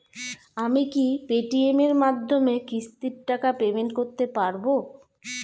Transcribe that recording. আমি কি Paytm এর মাধ্যমে কিস্তির টাকা পেমেন্ট করতে পারব?